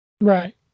Right